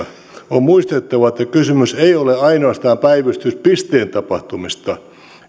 on muistettava että kysymys ei ole ainoastaan päivystyspisteen tapahtumista